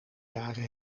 jaren